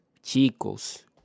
chicos